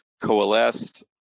coalesced